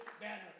banner